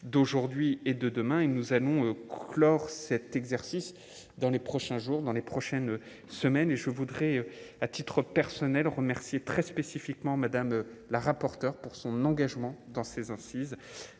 d'aujourd'hui et de demain et nous allons clore cet exercice dans les prochains jours dans les prochaines semaines et je voudrais, à titre personnel, remercier très spécifiquement Madame la rapporteure pour son engagement dans ces assises